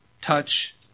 touch